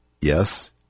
yes